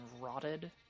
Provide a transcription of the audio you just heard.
rotted